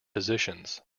positions